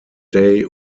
day